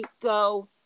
go